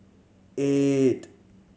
eight